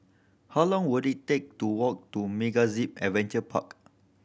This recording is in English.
how long will it take to walk to MegaZip Adventure Park